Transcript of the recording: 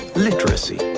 literacy.